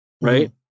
right